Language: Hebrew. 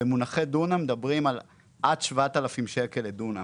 כך שבמונחי דונם מדברים על עד 7,000 שקל לדונם.